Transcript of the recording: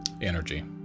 energy